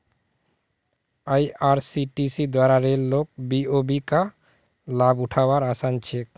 IRCTC द्वारा rail लोक BOB का लाभ उठा वार आसान छे